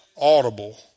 audible